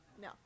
No